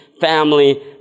family